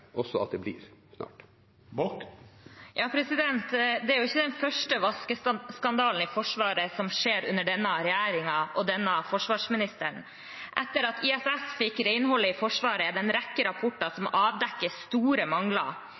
også at det blir. Det er ikke den første vaskeskandalen som skjer i Forsvaret under denne regjeringen og denne forsvarsministeren. Etter at ISS fikk renholdet i Forsvaret, er det en rekke rapporter som avdekker store mangler.